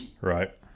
Right